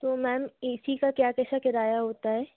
तो ma'am A C क्या कैसा किराया होता है